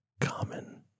common